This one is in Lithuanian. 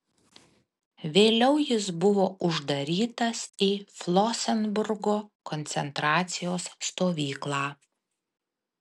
vėliau jis buvo uždarytas į flosenburgo koncentracijos stovyklą